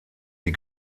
wie